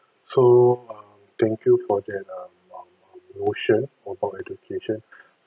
so um thank you for that um motion about education